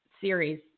series